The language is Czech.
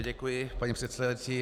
Děkuji, paní předsedající.